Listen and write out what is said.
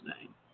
name